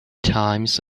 times